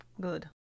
good